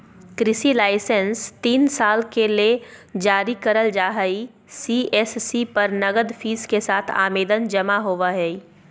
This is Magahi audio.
कृषि लाइसेंस तीन साल के ले जारी करल जा हई सी.एस.सी पर नगद फीस के साथ आवेदन जमा होवई हई